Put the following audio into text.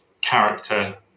character